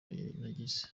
nagize